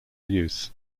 use